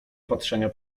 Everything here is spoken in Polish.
patrzenia